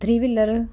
three wheeler